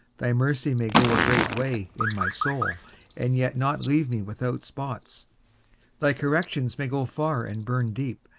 thy mercy may go a great way in my soul and yet not leave me without spots thy corrections may go far and burn deep,